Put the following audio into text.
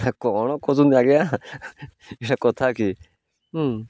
କ'ଣ କହୁଛନ୍ତି ଆଜ୍ଞା ଏଇଟା କଥା କି ହୁଁ